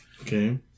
Okay